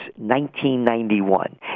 1991